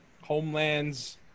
Homelands